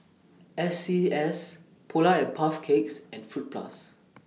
S C S Polar and Puff Cakes and Fruit Plus